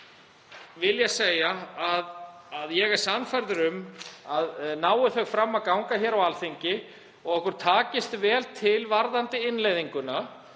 vil ég segja að ég er sannfærður um að nái þau fram að ganga hér á Alþingi, og okkur takist vel til varðandi innleiðinguna,